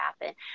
happen